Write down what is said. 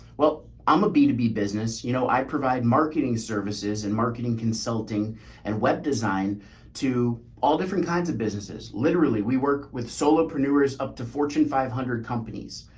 well, i'm a b two b business. you know, i provide marketing services and marketing consulting and web design to all different kinds of businesses. literally we work with solo preneurs up to fortune five hundred companies.